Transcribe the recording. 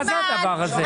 מה זה הדבר הזה?